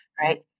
right